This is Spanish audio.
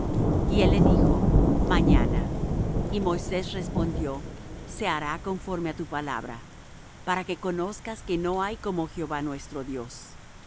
y él dijo mañana y moisés respondió se hará conforme á tu palabra para que conozcas que no hay como jehová nuestro dios